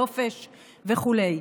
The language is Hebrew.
נופש וכו'.